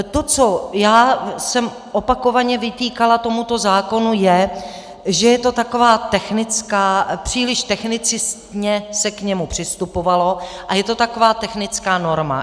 To, co jsem opakovaně vytýkala tomuto zákonu, je, že je to taková technická, příliš technicistně se k němu přistupovalo a je to taková technická norma.